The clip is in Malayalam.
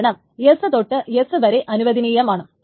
കാരണം S തൊട്ട് S വരെ അനുവദനീയമാണ്